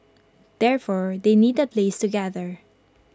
therefore they need A place to gather